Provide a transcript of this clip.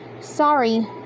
Sorry